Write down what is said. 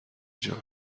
جان